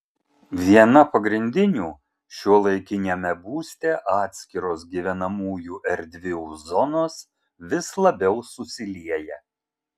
viena pagrindinių šiuolaikiniame būste atskiros gyvenamųjų erdvių zonos vis labiau susilieja